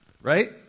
Right